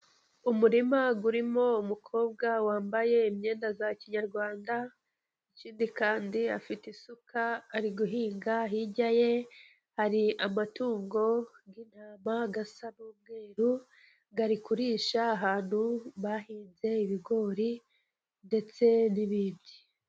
Umurima urimo umukobwa wambaye imyenda ya kinyarwanda, ikindi kandi afite isuka, ari guhinga, hirya ye hari amatungo y'intama, asa n'umweru, ari kurisha ahantu bahinze ibigori, ndetse n'ibindi.